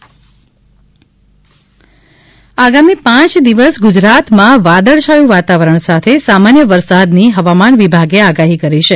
વરસાદ આગામી પાંચ દિવસ ગુજરાતમાં વાદળછાયું વાતાવરણ સાથે સામાન્ય વરસાદની હવામાન વિભાગે આગાહી કરી છે